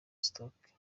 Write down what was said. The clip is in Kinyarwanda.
stoke